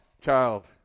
Child